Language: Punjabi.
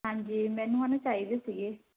ਹਾਂਜੀ ਮੈਨੂੰ ਹੁਣ ਨਾ ਚਾਹੀਦੀ ਸੀਗੀ